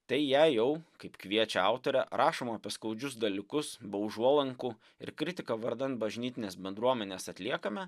tai jei jau kaip kviečia autorė rašoma apie skaudžius dalykus be užuolankų ir kritiką vardan bažnytinės bendruomenės atliekame